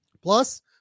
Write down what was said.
Plus